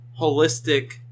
holistic